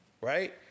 right